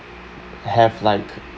have like